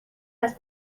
است